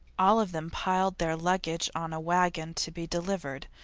all of them piled their luggage on a wagon to be delivered,